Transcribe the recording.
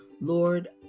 Lord